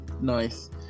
nice